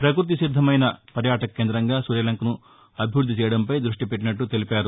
ప్రక్బతి సిద్దమైన పర్యాటక కేందంగా సూర్యలంకను అభివ్బద్ది చేయదంపై ద్బప్లి పెట్లినట్లు తెలిపారు